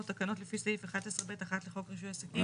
תקנות לפי סעיף 11(ב)(1) לחור רישוי עסקים,